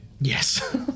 Yes